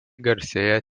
garsėja